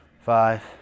five